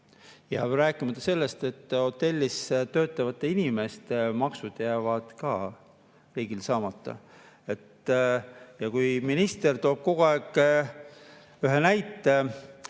Rääkimata sellest, et hotellis töötavate inimeste maksud jäävad ka riigil saamata. Minister toob kogu aeg ühe näite,